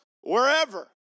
wherever